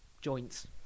joints